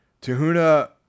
Tahuna